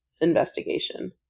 investigation